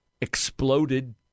exploded